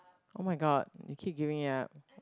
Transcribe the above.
oh-my-god you keep giving up